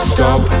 Stop